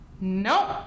nope